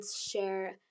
share